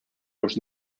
los